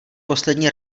poslední